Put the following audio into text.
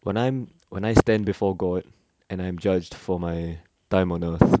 when I'm when I stand before god and I am judged for my time on earth